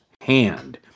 hand